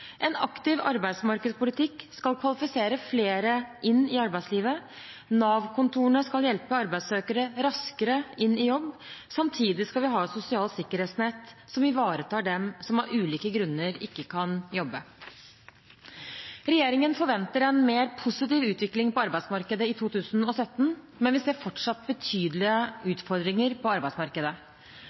En aktiv arbeidsmarkedspolitikk skal kvalifisere flere inn i arbeidslivet. Nav-kontorene skal hjelpe arbeidssøkere raskere inn i jobb. Samtidig skal vi ha et sosialt sikkerhetsnett som ivaretar dem som av ulike grunner ikke kan jobbe. Regjeringen forventer en mer positiv utvikling på arbeidsmarkedet i 2017, men vi ser fortsatt betydelige utfordringer på arbeidsmarkedet.